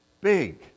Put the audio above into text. big